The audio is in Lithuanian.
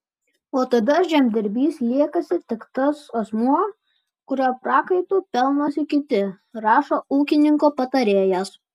o tada žemdirbys liekasi tik tas asmuo kurio prakaitu pelnosi kiti rašo ūkininko patarėjas